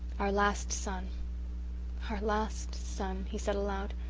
our last son our last son, he said aloud.